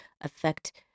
affect